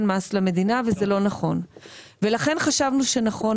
מס למדינה וזה לא נכון ולכן חשבנו שנכון,